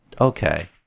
Okay